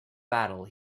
battle